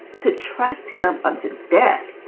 to trust him unto death,